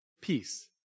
peace